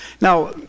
Now